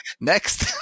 Next